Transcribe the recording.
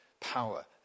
power